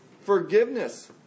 forgiveness